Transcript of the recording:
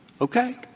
okay